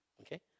okay